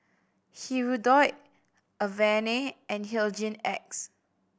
Hirudoid Avene and Hygin X